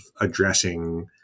addressing